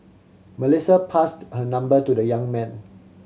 Melissa passed her number to the young man